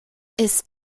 ist